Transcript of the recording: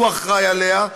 שהוא אחראי עליה,